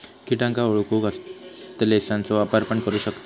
किटांका ओळखूक हस्तलेंसचा वापर पण करू शकताव